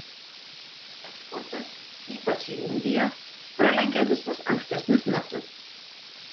eksportas ypač į indiją pralenkia visus ankstesnius metus